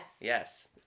Yes